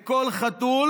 לכל חתול